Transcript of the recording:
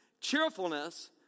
Cheerfulness